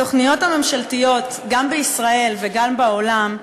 התוכניות הממשלתיות, גם בישראל וגם בעולם,